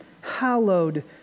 Hallowed